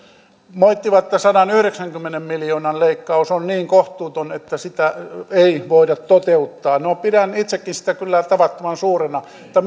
moittivat että sadanyhdeksänkymmenen miljoonan leikkaus on niin kohtuuton että sitä ei voida toteuttaa no pidän itsekin sitä kyllä tavattoman suurena mutta